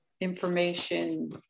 information